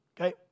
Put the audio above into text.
okay